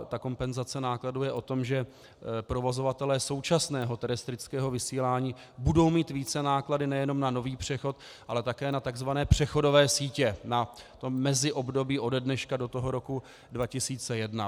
Ta kompenzace nákladů je o tom, že provozovatelé současného terestrického vysílání budou mít vícenáklady nejenom na nový přechod, ale také na takzvané přechodové sítě, na meziobdobí ode dneška do roku 2001 .